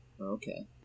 okay